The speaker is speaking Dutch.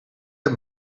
heb